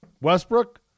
westbrook